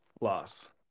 Loss